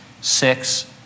six